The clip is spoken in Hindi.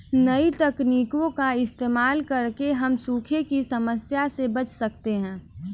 नई तकनीकों का इस्तेमाल करके हम सूखे की समस्या से बच सकते है